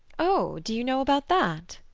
oh! do you know about that?